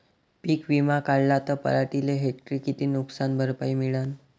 पीक विमा काढला त पराटीले हेक्टरी किती नुकसान भरपाई मिळीनं?